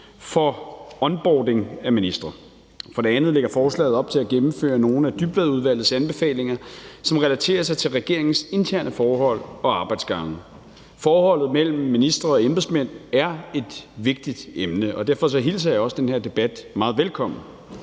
for onboarding af ministre. For det andet lægger forslaget op til at gennemføre nogle af Dybvadudvalgets anbefalinger, som relaterer sig til regeringens interne forhold og arbejdsgange. Forholdet mellem ministre og embedsmænd er et vigtigt emne, og derfor hilser jeg også den her debat meget velkommen.